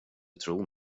tror